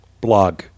blog